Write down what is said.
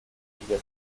traité